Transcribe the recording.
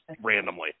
randomly